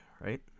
right